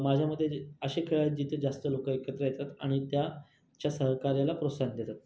माझ्या मते ते असे खेळ आहेत जिथे जास्त लोकं एकत्र येतात आणि त्याच्या सहकाऱ्याला प्रोत्साहन देतात